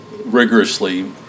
Rigorously